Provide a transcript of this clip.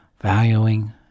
Valuing